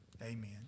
Amen